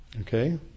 Okay